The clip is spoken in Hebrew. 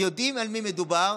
ויודעים במי מדובר,